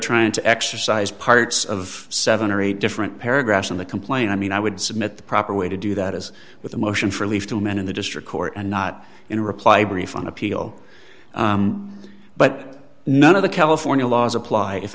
trying to exercise parts of seven or eight different paragraphs in the complaint i mean i would submit the proper way to do that is with a motion for leave to men in the district court and not in a reply brief on appeal but none of the california laws apply if